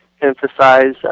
emphasize